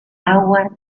agua